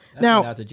Now